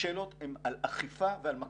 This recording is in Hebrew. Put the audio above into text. השאלות הן על אכיפה ועל מקלות.